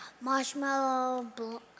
Marshmallow